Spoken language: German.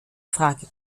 frage